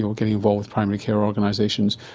getting involved with primary care organisations.